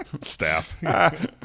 Staff